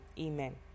Amen